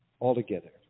altogether